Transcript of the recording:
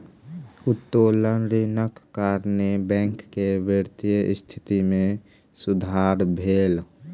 उत्तोलन ऋणक कारणेँ बैंक के वित्तीय स्थिति मे सुधार भेल